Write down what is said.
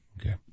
Okay